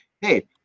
hey